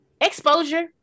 exposure